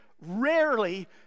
rarely